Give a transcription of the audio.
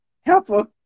Helpful